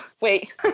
wait